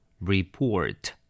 Report